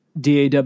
DAW